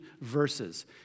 verses